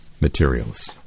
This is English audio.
materials